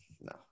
No